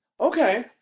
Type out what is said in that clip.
Okay